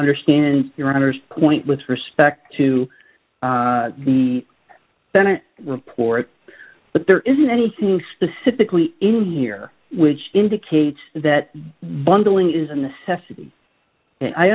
understand your honour's point with respect to the senate report but there isn't anything specifically in here which indicates that bundling is a necessity